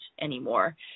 anymore